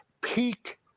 peak